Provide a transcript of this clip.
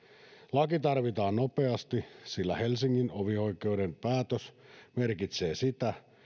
laki tarvitaan nopeasti sillä helsingin hovioikeuden päätös merkitsee sitä